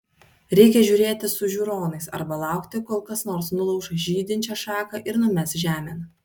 reikia žiūrėti su žiūronais arba laukti kol kas nors nulauš žydinčią šaką ir numes žemėn